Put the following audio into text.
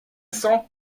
sang